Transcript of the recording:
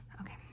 Okay